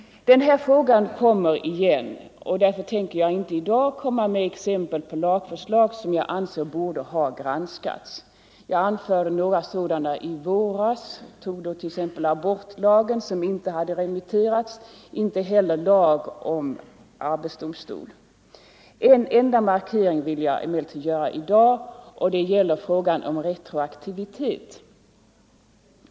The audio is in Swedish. Den här frågan kommer igen, och därför tänker jag inte i dag ge exempel på lagförslag som jag anser borde ha granskats. Jag anförde några exempel i våras, bl.a. abortlagen och lag om arbetsdomstol, som inte hade remitterats. En enda markering vill jag emellertid göra i dag, och den gäller frågan om retroaktivitet.